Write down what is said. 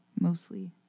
mostly